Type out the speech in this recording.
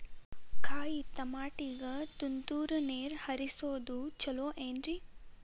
ಕಾಯಿತಮಾಟಿಗ ತುಂತುರ್ ನೇರ್ ಹರಿಸೋದು ಛಲೋ ಏನ್ರಿ?